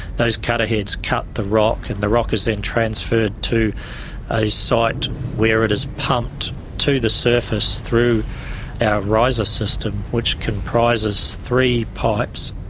those cutter heads cut through the rock, and the rock is then transferred to a site where it is pumped to the surface through our riser system which comprises three pipes.